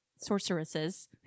sorceresses